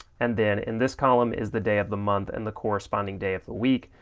and then in this column is the day of the month and the corresponding day of the week.